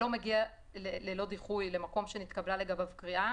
שלא מגיע ללא דיחוי למקום שנתקבלה לגביו קריאה,